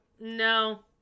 No